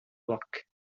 block